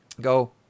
go